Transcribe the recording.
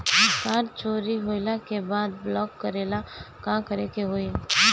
Card चोरी होइला के बाद ब्लॉक करेला का करे के होई?